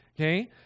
okay